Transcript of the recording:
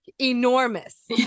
enormous